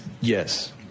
Yes